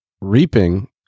reaping